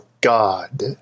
God